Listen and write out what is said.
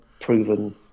proven